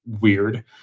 weird